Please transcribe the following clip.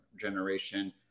generation